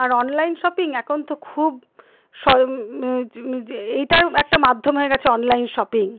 আর online shopping এখন তো খুব এইটা একটা মাধ্যম হয়ে গেছে অনলাইন শপিং